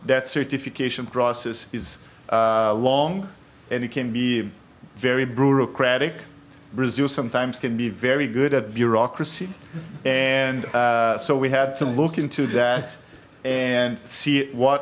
that certification process is long and it can be very brutal kradic brazil sometimes can be very good at bureaucracy and so we had to look into that and see what